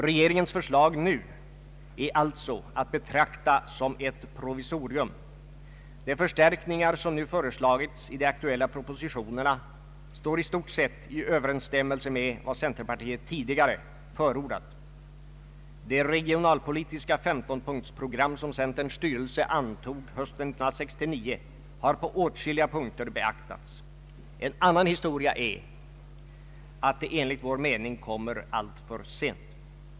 Regeringens förslag nu är alltså att betrakta som ett provisorium. De förstärkningar som föreslagits i de aktuella propositionerna står i stort sett i överensstämmelse med vad centerpartiet tidigare förordat. Det regionalpolitiska femtonpunktprogram som centerns styrelse antog hösten 1969 har på åtskilliga punkter beaktats. En annan historia är att det enligt vår mening kommer alltför sent.